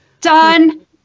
done